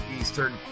Eastern